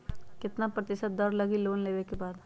कितना प्रतिशत दर लगी लोन लेबे के बाद?